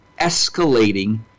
escalating